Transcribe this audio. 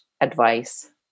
advice